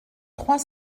trois